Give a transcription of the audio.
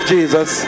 Jesus